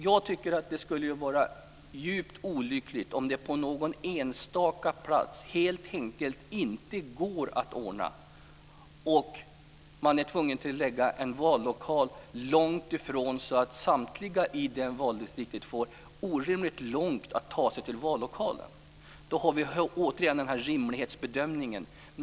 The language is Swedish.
Jag tycker att det skulle vara djupt olyckligt om det på någon enstaka plats helt enkelt inte går att ordna och man är tvungen att förlägga en vallokal så att samtliga i det valdistriktet får orimligt långt att ta sig till den. Då har vi återigen rimlighetsbedömningen.